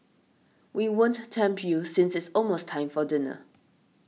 we won't tempt you since it's almost time for dinner